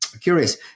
Curious